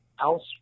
else